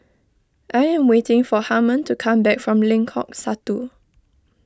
I am waiting for Harmon to come back from Lengkok Satu